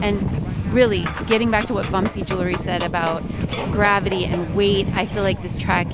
and really, getting back to what vamsee juluri said about gravity and weight, i feel like this track